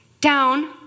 down